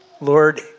Lord